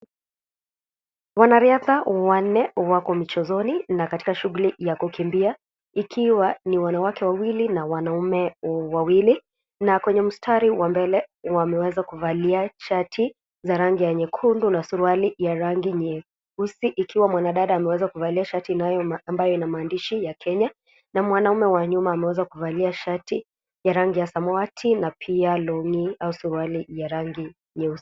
Wanariadha wanne wako michezoni na katika shughuli ya kukimbia Ikiwa ni wanawake wawili na wanaume wawili. Na kwenye mstari wa mbele wameweza kuvalia shati za rangi ya nyekundu na suruali ya rangi nyeusi ikiwa mwanadada ameweza kuvalia shati ambayo ina maandishi ya "Kenya" na mwanaume wa nyuma ameweza kuvalia shati ya rangi ya samawati na pia long'i au suruali ya rangi nyeusi.